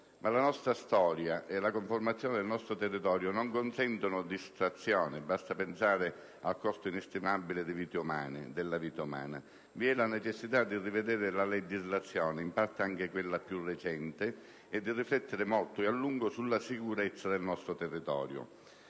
Ma la nostra storia e la conformazione del nostro territorio non consentono distrazioni, basta pensare al costo inestimabile della vita umana. Vi è la necessità di rivedere la legislazione - in parte anche quella più recente - e di riflettere molto e a lungo sulla sicurezza del nostro territorio.